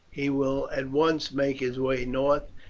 he will at once make his way north,